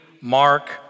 mark